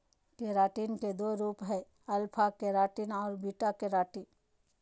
keratin के दो रूप हइ, अल्फा केराटिन आरो बीटा केराटिन